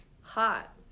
Hot